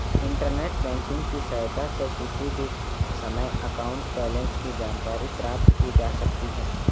internet banking की सहायता से किसी भी समय अकाउंट बैलेंस की जानकारी प्राप्त की जा सकती है